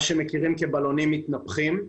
מה שמכירים כבלונים מתנפחים,